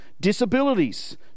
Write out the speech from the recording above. disabilities